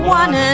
one